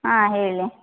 ಹಾಂ ಹೇಳಿ